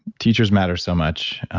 teachers matter so much.